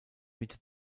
mitte